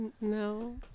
no